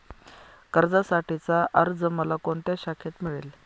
कर्जासाठीचा अर्ज मला कोणत्या शाखेत मिळेल?